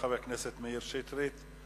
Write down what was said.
לחבר הכנסת מאיר שטרית.